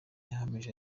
yahamije